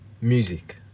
Music